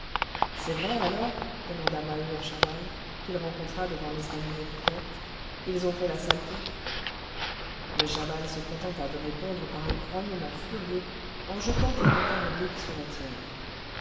c'est vrai alors demanda maheu à chaval qu'il rencontra devant l'estaminet piquette ils ont fait la saleté mais chaval se contenta de répondre par un grognement furieux en jetant un regard oblique sur étienne